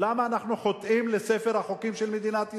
למה אנחנו חוטאים לספר החוקים של מדינת ישראל,